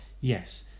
Yes